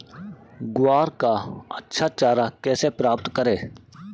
ग्वार का अच्छा चारा कैसे प्राप्त करें?